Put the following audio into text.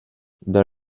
dans